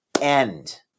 end